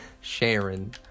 Sharon